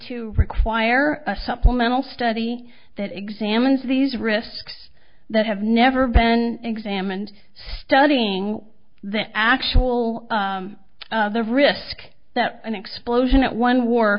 to require a supplemental study that examines these risks that have never been examined studying the actual the risk that an explosion at one whar